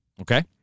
Okay